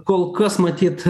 kol kas matyt